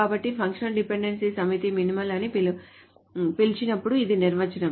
కాబట్టి ఫంక్షనల్ డిపెండెన్సీల సమితిని మినిమల్ అని పిలిచినప్పుడు ఇది నిర్వచనం